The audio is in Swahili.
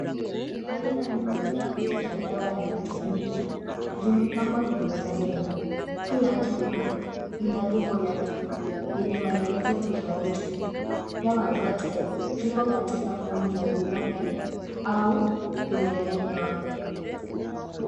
Aina nne tofauti za dawa ya vitamini zimepangwa kwenye meza. Kila chupa ina lebo yake yenye maelezo tofauti. Dawa zote ziko katika fomu za vidonge au vimeng'enywa.